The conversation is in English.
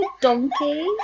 donkey